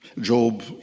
Job